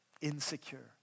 insecure